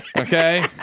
Okay